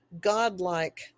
godlike